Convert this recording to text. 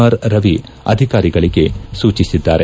R Ravi ಅಧಿಕಾರಿಗಳಿಗೆ ಸೂಚಿಸಿದ್ದಾರೆ